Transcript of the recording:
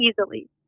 easily